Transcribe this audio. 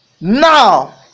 Now